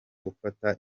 ufata